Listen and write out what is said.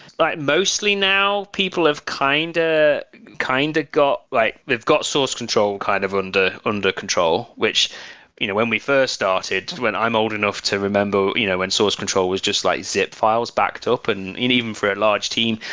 but mostly now people have kind ah kind of got like they've got source control kind of under under control, which you know when we first started, when i'm old enough to remember you know when source control was just like zip files backed up, and even for a large team,